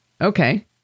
Okay